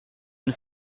une